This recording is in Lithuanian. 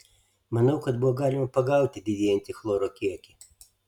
manau kad buvo galima pagauti didėjantį chloro kiekį